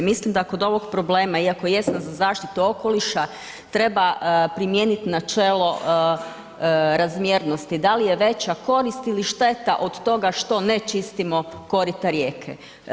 Mislim da oko ovog problema iako jesam za zaštitu okoliša treba primijeniti načelo razmjernosti da li je veća korist ili šteta od toga što ne čistimo korita rijeke.